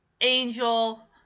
Angel